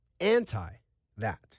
anti-that